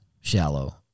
shallow